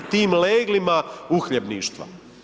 Tim leglima uhljebništva.